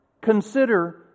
Consider